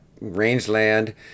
rangeland